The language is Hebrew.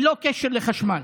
ללא קשר לחשמל,